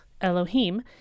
Elohim